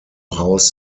house